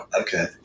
Okay